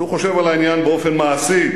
שהוא חושב על העניין באופן מעשי,